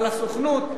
על הסוכנות,